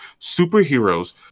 superheroes